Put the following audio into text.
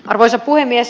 arvoisa puhemies